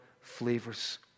flavors